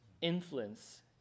influence